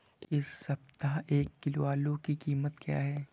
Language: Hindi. इस सप्ताह एक किलो आलू की कीमत क्या है?